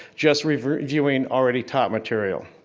just reviewing already taught material.